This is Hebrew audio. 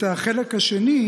את החלק השני,